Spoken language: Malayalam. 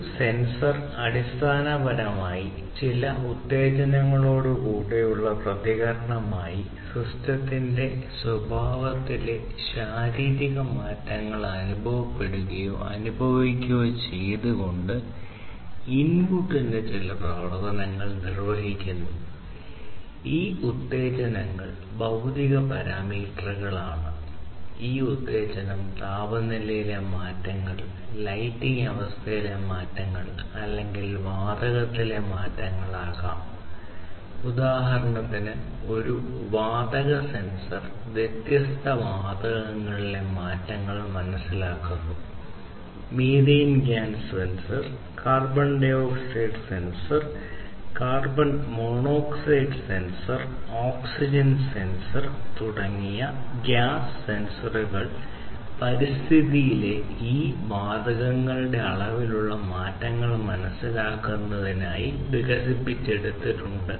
ഒരു സെൻസർ പരിസ്ഥിതിയിലെ ഈ വാതകങ്ങളുടെ അളവിലുള്ള മാറ്റങ്ങൾ മനസ്സിലാക്കുന്നതിനായി വികസിപ്പിച്ചെടുത്തിട്ടുണ്ട്